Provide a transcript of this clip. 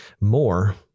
more